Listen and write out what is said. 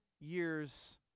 years